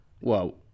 Whoa